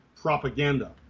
propaganda